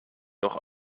doch